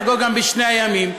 יחגוג בשני הימים,